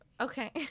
Okay